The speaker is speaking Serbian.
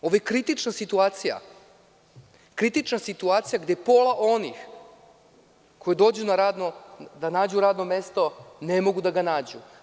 Ovo je kritična situacija, gde pola onih koji dođu da nađu radno mesto ne mogu da ga nađu.